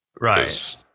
Right